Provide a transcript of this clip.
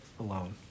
Alone